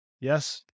yes